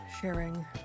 sharing